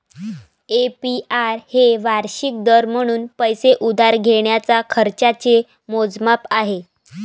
APR हे वार्षिक दर म्हणून पैसे उधार घेण्याच्या खर्चाचे मोजमाप आहे